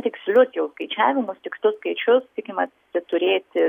tikslius jau skaičiavimus tikslius skaičius tikimasi turėti